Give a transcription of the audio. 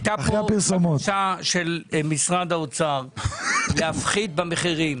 הייתה פה בקשה של משרד האוצר להפחית במחירים